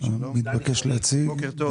בוקר טוב.